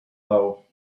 bow